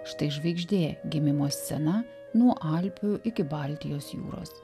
štai žvaigždė gimimo scena nuo alpių iki baltijos jūros